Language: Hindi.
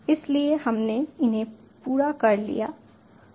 इसलिए हमने इन्हें पूरा कर लिया है